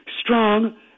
strong